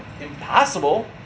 impossible